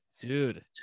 Dude